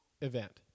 event